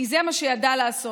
כי זה מה שידע לעשות.